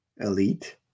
elite